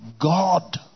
God